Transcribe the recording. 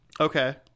Okay